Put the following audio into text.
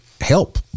help